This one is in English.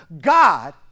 God